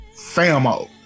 famo